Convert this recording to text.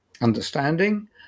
understanding